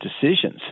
decisions